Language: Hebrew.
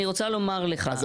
אני רוצה לומר לך.